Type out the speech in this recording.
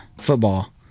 football